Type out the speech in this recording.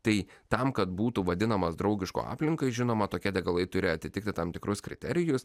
tai tam kad būtų vadinamas draugišku aplinkai žinoma tokie degalai turi atitikti tam tikrus kriterijus